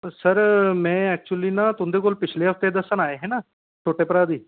sir में actually ना तुं'दे कोल पिछले हफ्ते दस्सन आए हे ना छोटे भ्राऽ गी